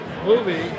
movie